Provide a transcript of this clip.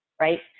right